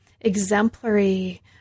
exemplary